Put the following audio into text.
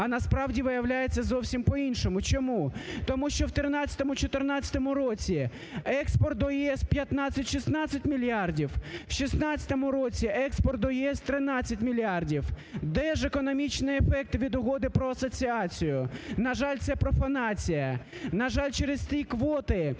а насправді виявляється зовсім по іншому. Чому? Тому що в 13-14-му році експорт до ЄС 15-16 мільярдів, в 2016 році експорт до ЄС 13 мільярдів, де ж економічний ефект від Угоди про асоціацію? На жаль, це профанація. На жаль, через ці квоти,